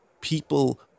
people